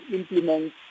implement